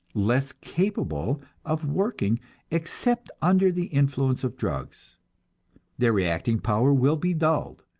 less capable of working except under the influence of drugs their reacting power will be dulled,